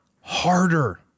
harder